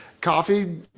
coffee